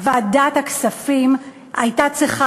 אני רוצה לחזור ולומר שוועדת הכספים הייתה צריכה